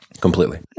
completely